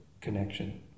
connection